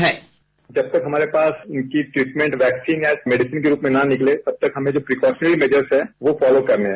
bite जब तक हमारे पास उनकी ट्रीटमेंट वैक्सीन या मेडिसिन के रूप में न निकले तब तक हमें प्रीक्योशनरी मेजर है वो फोलो करने है